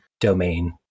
domain